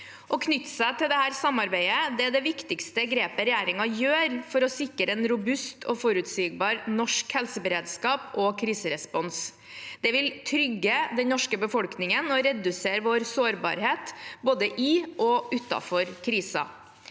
Å knytte seg til dette samarbeidet er det viktigste grepet regjeringen gjør for å sikre en robust og forutsigbar norsk helseberedskap og kriserespons. Det vil trygge den norske befolkningen og redusere vår sårbarhet både i og utenfor kriser.